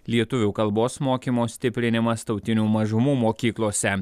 lietuvių kalbos mokymo stiprinimas tautinių mažumų mokyklose